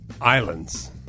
Islands